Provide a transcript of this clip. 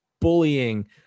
bullying